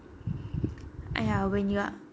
!aiya! when you are